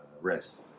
rest